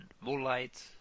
Moonlight